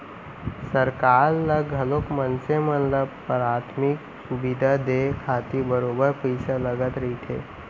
सरकार ल घलोक मनसे मन ल पराथमिक सुबिधा देय खातिर बरोबर पइसा लगत रहिथे